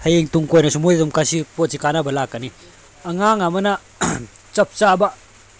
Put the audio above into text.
ꯍꯌꯦꯡ ꯇꯨꯡ ꯀꯣꯏꯅꯁꯨ ꯃꯣꯏꯗ ꯗꯨꯝ ꯃꯁꯤ ꯄꯣꯠꯁꯤ ꯀꯥꯟꯅꯕ ꯂꯥꯛꯀꯅꯤ ꯑꯉꯥꯡ ꯑꯃꯅ ꯆꯞ ꯆꯥꯕ